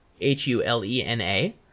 H-U-L-E-N-A